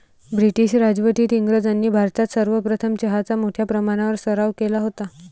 British राजवटीत इंग्रजांनी भारतात सर्वप्रथम चहाचा मोठ्या प्रमाणावर सराव केला होता